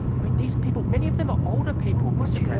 i mean, these are people many of them are older people, mr.